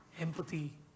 empathy